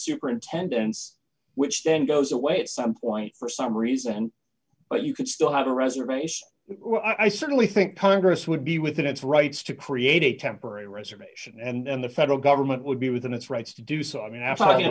superintendents which then goes away at some point for some reason but you could still have a reservation i certainly think congress would be within its rights to create a temporary reservation and the federal government would be within its rights to do so i mean after all you